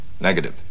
Negative